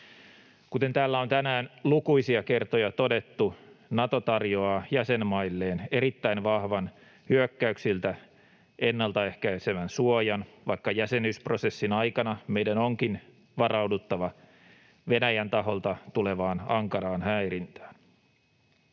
Kuten täällä on tänään lukuisia kertoja todettu, Nato tarjoaa jäsenmailleen erittäin vahvan hyökkäyksiltä ennaltaehkäisevän suojan, vaikka jäsenyysprosessin aikana meidän onkin varauduttava Venäjän taholta tulevaan ankaraan häirintään.